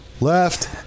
left